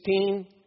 16